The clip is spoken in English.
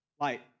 Light